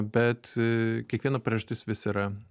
bet kiekviena priežastis vis yra